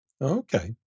Okay